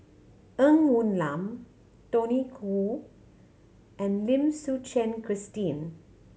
Ng Woon Lam Tony Khoo and Lim Suchen Christine